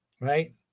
right